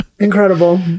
Incredible